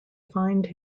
find